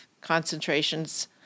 concentrations